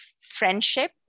friendship